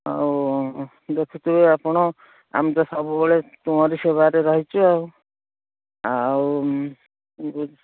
ଆଉ ଦେଖୁଥିବେ ଆପଣ ଆମେ ତ ସବୁବେଳେ ତୁମରି ସେବାରେ ରହିଛୁ ଆଉ ଆଉ